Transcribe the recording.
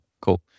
cool